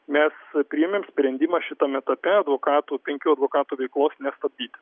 mes priėmėm sprendimą šitam etape advokatų penkių advokatų veiklos nestabdyti